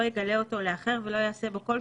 לא יגלה אותו לאחר שימושולא יעשה בו כל שימוש,